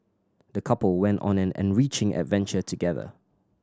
the couple went on an enriching adventure together